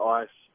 ice